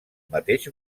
mateix